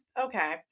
Okay